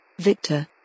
Victor